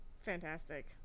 fantastic